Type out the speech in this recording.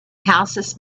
houses